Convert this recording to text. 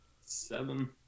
Seven